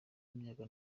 imyaka